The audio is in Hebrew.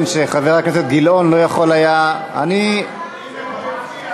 הממשלה בעד רגישות.